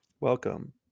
Welcome